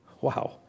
Wow